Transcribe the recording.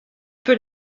peux